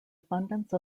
abundance